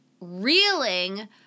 reeling